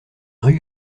rue